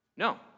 No